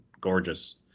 gorgeous